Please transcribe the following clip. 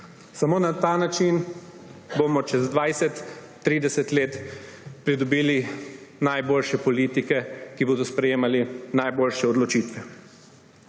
Samo na ta način bomo čez 20, 30 let pridobili najboljše politike, ki bodo sprejemali najboljše odločitve.